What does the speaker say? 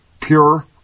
Pure